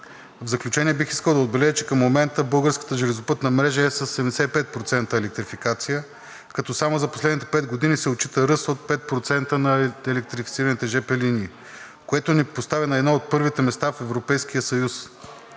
В заключение бих искал да отбележа, че към момента българската железопътна мрежа е със 75% електрификация. Само за последните пет години се отчита ръст от 5% на електрифицираните жп линии, което ни поставя на едно от първите места в Европейския съюз